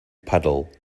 puddle